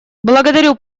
благодарю